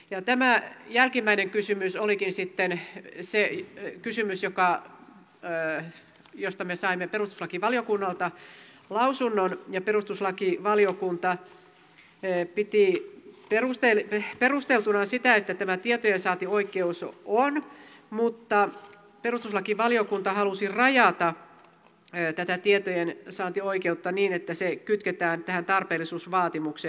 ja tämä jälkimmäinen kysymys olikin sitten se kysymys josta me saimme perustuslakivaliokunnalta lausunnon ja perustuslakivaliokunta piti perusteltuna sitä että tämä tietojensaantioikeus on mutta perustuslakivaliokunta halusi rajata tätä tietojensaantioikeutta niin että se kytketään tähän tarpeellisuusvaatimukseen